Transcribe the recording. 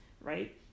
right